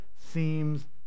seems